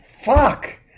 Fuck